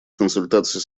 консультаций